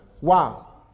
Wow